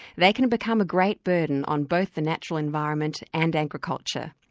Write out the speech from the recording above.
they can become a great burden on both the natural environment and agriculture.